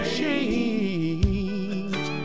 change